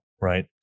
right